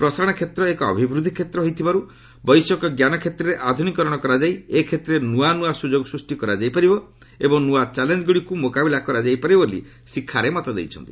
ପ୍ରସାରଣ କ୍ଷେତ୍ର ଏକ ଅଭିବୃଦ୍ଧି କ୍ଷେତ୍ର ହୋଇଥିବାରୁ ବୈଷୟିକଜ୍ଞାନ କ୍ଷେତ୍ରରେ ଆଧୁନିକରଣ କରାଯାଇ ଏ କ୍ଷେତ୍ରରେ ନୂଆ ନୂଆ ସୁଯୋଗ ସୃଷ୍ଟି କରାଯାଇ ପାରିବ ଏବଂ ନୂଆ ଚ୍ୟାଲେଞ୍ଜଗୁଡ଼ିକୁ ମୁକାବିଲା କରାଯାଇ ପାରିବ ବୋଲି ଶ୍ରୀ ଖାରେ ମତ ଦେଇଛନ୍ତି